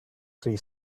three